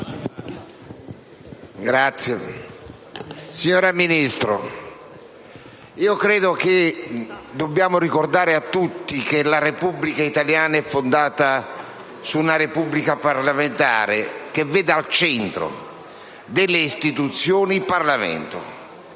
*(PdL)*. Signora Ministro, credo dobbiamo ricordare a tutti che la Repubblica italiana è una Repubblica parlamentare che vede al centro delle istituzioni il Parlamento.